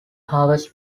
harvest